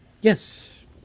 Yes